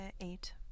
Eight